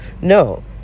no